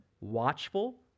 watchful